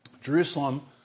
Jerusalem